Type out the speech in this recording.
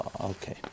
Okay